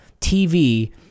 TV